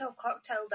cocktail